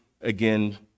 again